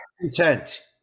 content